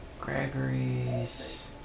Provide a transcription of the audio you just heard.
Gregory's